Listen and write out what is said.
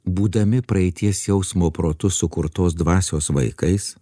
būdami praeities jausmo protu sukurtos dvasios vaikais